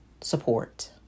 support